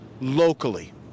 locally